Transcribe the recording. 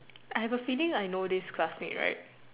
I have a feeling like I know this classmate right